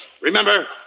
Remember